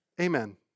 Amen